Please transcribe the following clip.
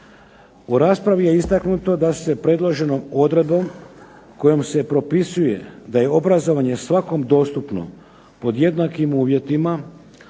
U raspravi je istaknuto da su se predloženom odredbom kojom se propisuje da je obrazovanje svakom dostupno pod jednakim uvjetima